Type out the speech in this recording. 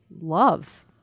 love